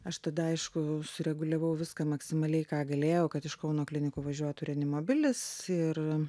aš tada aišku sureguliavau viską maksimaliai ką galėjau kad iš kauno klinikų važiuotų reanimobilis ir